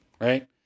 right